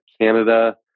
Canada